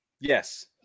Yes